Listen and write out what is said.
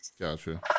gotcha